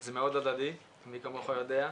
זה מאוד הדדי, מי כמוך יודע.